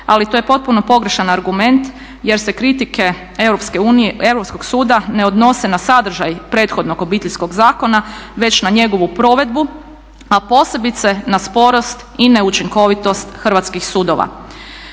ali to je potpuno pogrešan argument jer se kritike Europskog suda ne odnose na sadržaj prethodnog Obiteljskog zakona već na njegovu provedbu, a posebice na sporost i neučinkovitost hrvatskih sudova.